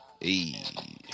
Hey